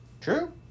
True